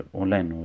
online